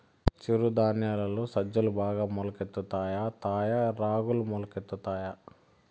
చిరు ధాన్యాలలో సజ్జలు బాగా మొలకెత్తుతాయా తాయా రాగులు మొలకెత్తుతాయా